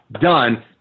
done